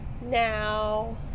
now